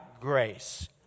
grace